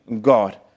God